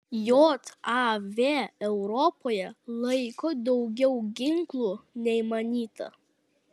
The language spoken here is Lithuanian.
jav europoje laiko daugiau ginklų nei manyta